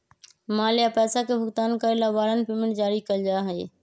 माल या पैसा के भुगतान करे ला वारंट पेमेंट जारी कइल जा हई